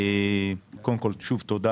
שוב תודה